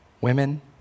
women